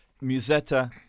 Musetta